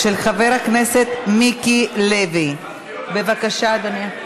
44 חברי כנסת, 58 מתנגדים, אין נמנעים.